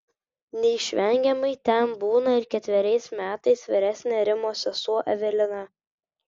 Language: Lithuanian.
neišvengiamai ten būna ir ketveriais metais vyresnė rimos sesuo evelina